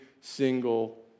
single